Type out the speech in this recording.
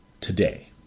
today